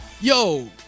Yo